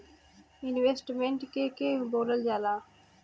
Investment के के बोलल जा ला?